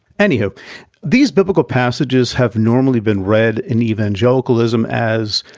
anywho, these biblical passages have normally been read in evangelicalism as,